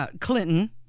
Clinton